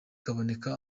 kaboneka